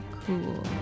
cool